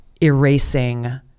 erasing